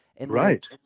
Right